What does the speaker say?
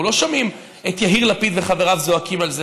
אנחנו לא שומעים את יהיר לפיד וחבריו זועקים על זה.